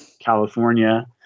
california